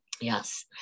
yes